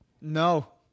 No